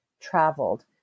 traveled